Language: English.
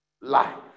life